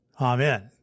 Amen